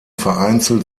vereinzelt